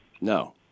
No